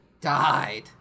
died